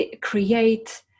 create